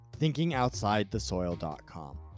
thinkingoutsidethesoil.com